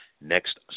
next